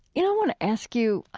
you know want to ask you,